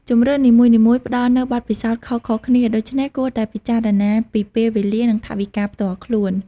ជម្រើសនីមួយៗផ្តល់នូវបទពិសោធន៍ខុសៗគ្នា ដូច្នេះគួរតែពិចារណាពីពេលវេលា និងថវិកាផ្ទាល់ខ្លួន។